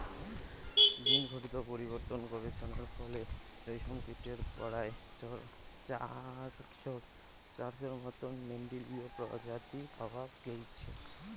জীনঘটিত পরিবর্তন গবেষণার ফলে রেশমকীটের পরায় চারশোর মতন মেন্ডেলীয় প্রজাতি পাওয়া গেইচে